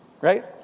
Right